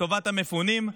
לטובת המפונים,